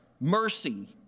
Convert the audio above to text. mercy